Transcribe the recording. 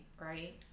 right